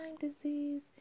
disease